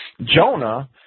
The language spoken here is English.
Jonah